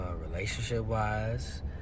relationship-wise